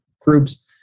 groups